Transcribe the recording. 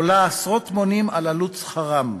עולות עשרות מונים על עלות שכרם,